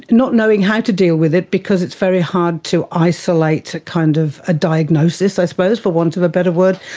not knowing how to deal with it because it's very hard to isolate kind of a diagnosis i suppose, for want of a better word,